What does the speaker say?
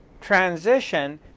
transition